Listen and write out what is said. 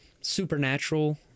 supernatural